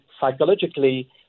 psychologically